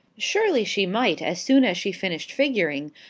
surely she might as soon as she finished figuring,